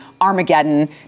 Armageddon